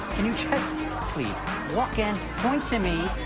can you just please walk in, point to me,